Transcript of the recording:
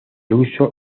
uso